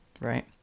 right